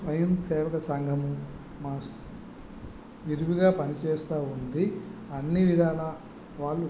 స్వయంసేవక సంఘం మార్ష్ నిర్వగా పని చేస్తుంది అన్ని విధాలా వాళ్ళు